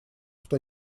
что